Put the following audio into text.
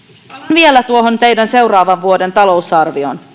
vielä tuohon teidän seuraavan vuoden talousarvioonne